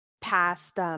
past